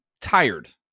tired